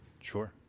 Sure